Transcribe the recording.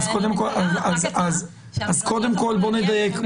קודם כל, בואו נדייק.